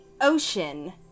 ocean